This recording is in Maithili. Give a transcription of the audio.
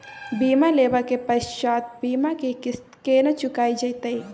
बीमा लेबा के पश्चात बीमा के किस्त केना चुकायल जेतै?